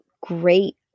great